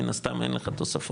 מן הסתם אין לך תוספות.